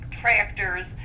tractors